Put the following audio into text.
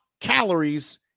calories